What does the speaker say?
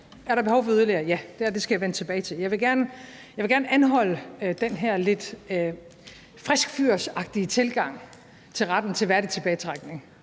Er der behov for yderligere reformer? Ja, og det skal jeg vende tilbage til. Jeg vil gerne anholde den her lidt friskfyragtige tilgang til retten til en værdig tilbagetrækning